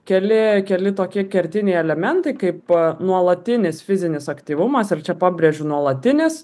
keli keli tokie kertiniai elementai kaip nuolatinis fizinis aktyvumas ir čia pabrėžiu nuolatinis